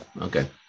okay